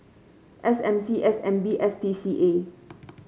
S M C S N B S P C A